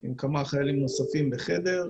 עם כמה חיילים נוספים בחדר,